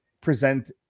present